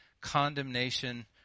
condemnation